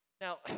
Now